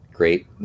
great